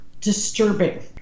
disturbing